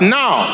now